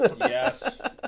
Yes